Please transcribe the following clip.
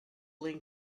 lean